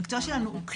המקצוע שלנו הוא קליני,